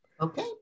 Okay